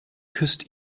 küsst